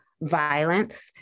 violence